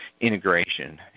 integration